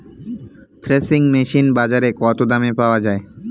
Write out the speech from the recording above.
Threshing machine বাজারে কত দামে পাওয়া যায়?